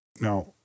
Now